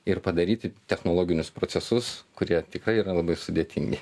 ir padaryti technologinius procesus kurie tikrai yra labai sudėtingi